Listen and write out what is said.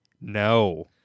No